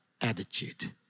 attitude